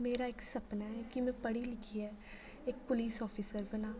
मेरा इक सपना ऐ कि में पढ़ी लिखियै इक पुलिस आफिसर बनां